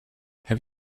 have